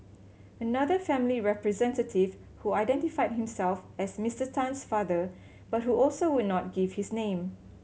another family representative who identified himself as Mister Tan's father but who also would not give his name